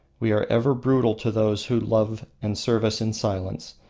we are ever brutal to those who love and serve us in silence,